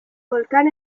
volcán